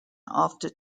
after